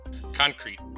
Concrete